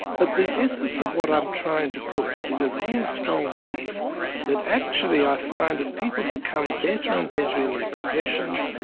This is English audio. but the essence of what i'm trying to put, is a real strong belief that actually i find as people become better and better in their professions,